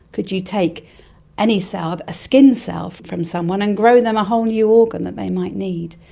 could you take any cell, a skin cell from someone, and grow them a whole new organ that they might need?